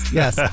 yes